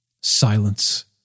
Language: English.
Silence